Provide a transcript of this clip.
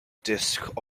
disk